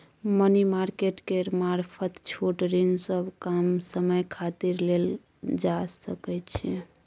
money market केर मारफत छोट ऋण सब कम समय खातिर लेल जा सकइ छै